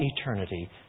eternity